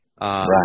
Right